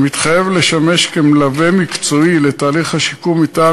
המתחייב לשמש כמלווה מקצועי לתהליך השיקום מטעם